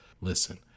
Listen